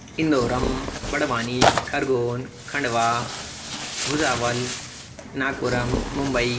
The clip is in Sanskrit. इन्दोरम् बडवानि खर्गोन् खण्डवा मृज़ावल् नागपुरं मुम्बै